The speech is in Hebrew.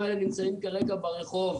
הם עשו את זה כבר כמה פעמים.